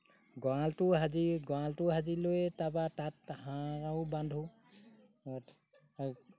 গঁৰালটো সাজি গঁৰালটো সাজি লৈ তাৰপৰা তাত হাঁহো বান্ধো